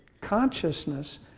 consciousness